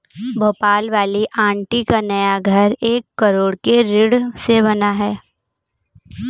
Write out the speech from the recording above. भोपाल वाली आंटी का नया घर एक करोड़ के ऋण से बना है